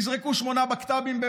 יזרקו שמונה בקת"בים,